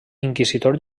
inquisidor